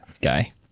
guy